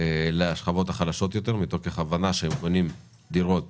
לשכבות החלשות יותר, מתוך הבנה שהם קונים דירות